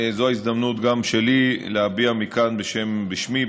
זו ההזדמנות שלי להביע מכאן בשמי,